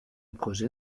projet